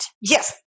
Yes